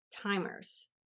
timers